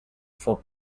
for